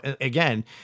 again